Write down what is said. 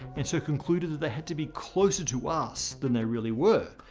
and so concluded that they had to be closer to us than they really were.